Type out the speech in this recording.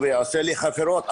והוא יעשה לי חקירות,